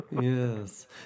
Yes